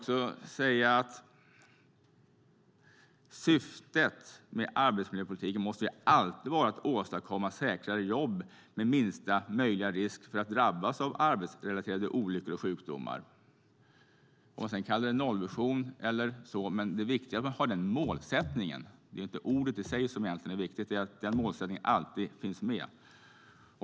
Syftet med arbetsmiljöpolitiken måste alltid vara att åstadkomma säkrare jobb med minsta möjliga risk att drabbas av arbetsrelaterade olyckor och sjukdomar. Sedan kan det kallas för en nollvision eller något sådant, men det viktiga är att ha nämnda målsättning. Det är inte ordet i sig som är viktigt, utan det viktiga är att målsättningen alltid finns med.